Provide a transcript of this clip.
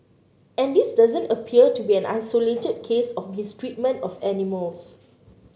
and this doesn't appear to be an isolated case of mistreatment of animals